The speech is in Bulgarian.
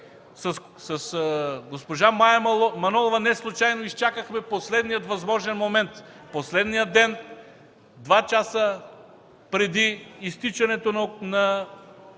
С госпожа Мая Манолова неслучайно изчакахме последния възможен момент, последния ден, два часа преди изтичането на